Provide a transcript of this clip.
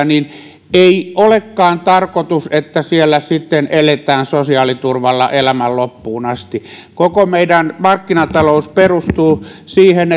niin ei olekaan tarkoitus että siellä sitten eletään sosiaaliturvalla elämän loppuun asti koko meidän markkinatalous perustuu siihen